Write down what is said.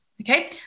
Okay